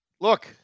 look